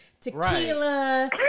tequila